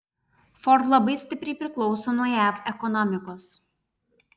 ford labai stipriai priklauso nuo jav ekonomikos